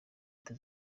leta